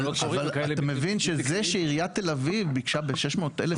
אבל אתה מבין שזה שעיריית תל אביב ביקשה ב-600,000 שקלים.